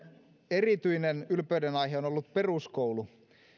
erityinen ylpeydenaihe on on ollut peruskoulu